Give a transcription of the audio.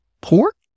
pork